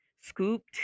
scooped